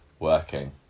Working